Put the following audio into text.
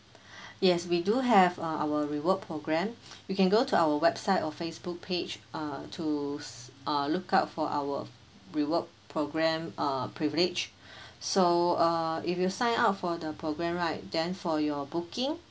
yes we do have uh our reward program you can go to our website or Facebook page uh to uh look out for our reward programme uh privileges o uh if you sign up for the programme right then for your booking